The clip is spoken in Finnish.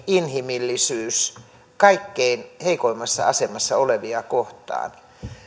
inhimillisyys kaikkein heikoimmassa asemassa olevia kohtaan